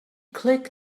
click